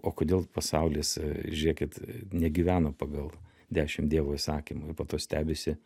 o kodėl pasaulis žiūrėkit negyvena pagal dešim dievo įsakymų ir po to stebisi